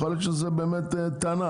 יכול להיות שזאת באמת טענה,